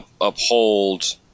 uphold